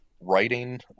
Writing